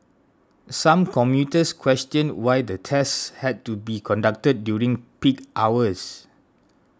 some commuters questioned why the tests had to be conducted during peak hours